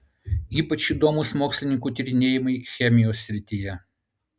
ypač įdomūs mokslininkų tyrinėjimai chemijos srityje